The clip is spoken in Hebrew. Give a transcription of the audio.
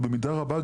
במידה רבה,